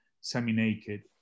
semi-naked